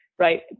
right